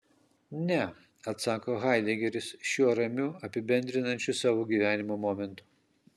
ne atsako haidegeris šiuo ramiu apibendrinančiu savo gyvenimo momentu